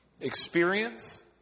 Experience